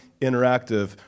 interactive